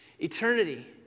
Eternity